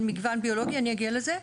אני אגיע לזה.